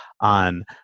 on